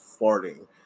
farting